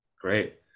Great